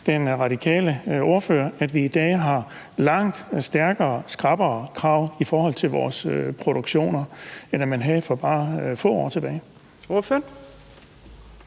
den radikale ordfører, at vi i dag har langt skrappere krav til vores produktioner, end man havde for bare få år siden?